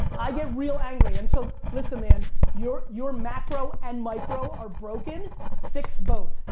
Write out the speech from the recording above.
i get real angry. and so listen man, your your macro and micro are broken. fix both.